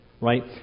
right